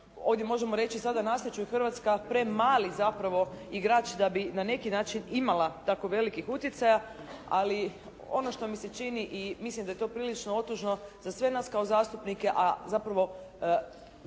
ovdje možemo reći sada na sreću Hrvatska je premali zapravo igrač da bi na neki način imala tako velikih utjecaja, ali ono što mi se čini i mislim da je to prilično otužno za sve nas kao zastupnike, a zapravo